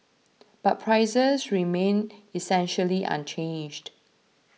but prices remained essentially unchanged